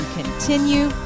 continue